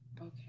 Okay